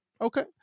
Okay